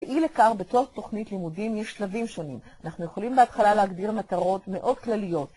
אי לכך בתור תוכנית לימודים יש סלבים שונים. אנחנו יכולים בהתחלה להגדיר מטרות מאוד כלליות.